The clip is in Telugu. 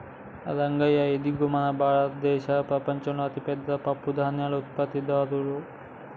రంగయ్య ఇదిగో మన భారతదేసం ప్రపంచంలోనే అతిపెద్ద పప్పుధాన్యాల ఉత్పత్తిదారు